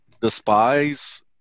despise